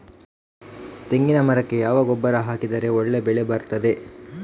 ತೆಂಗಿನ ಮರಕ್ಕೆ ಯಾವ ಗೊಬ್ಬರ ಹಾಕಿದ್ರೆ ಒಳ್ಳೆ ಬೆಳೆ ಬರ್ತದೆ?